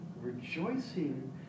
Rejoicing